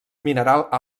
mineral